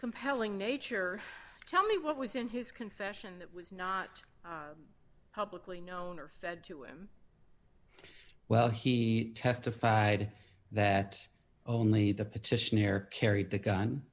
compelling nature tell me what was in his confession that was not publicly known or fed to him well he testified that only the petitioner carried the